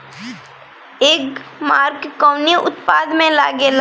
एगमार्क कवने उत्पाद मैं लगेला?